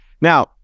now